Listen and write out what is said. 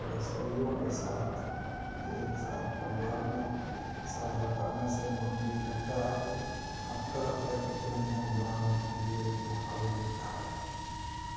रसोइयों के साथ एक साथ परिवार में साझा करने से मन भी लगता है और तरह तरह के व्यंजन बनाने के लिए मौका भी मिलता है